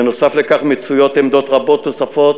בנוסף לכך מצויות עמדות רבות נוספות